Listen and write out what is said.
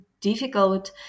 difficult